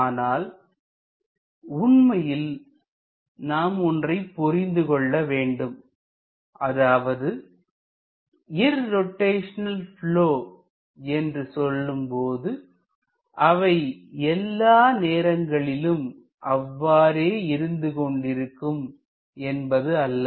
ஆனால் உண்மையில் நாம் ஒன்றை புரிந்து கொள்ள வேண்டும் அதாவது இர்ரோட்டைஷனல் ப்லொ என்று சொல்லும்போது அவைஎல்லா நேரங்களிலும் அவ்வாறே இருந்து கொண்டிருக்கும் என்பது அல்ல